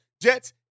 Jets